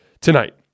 tonight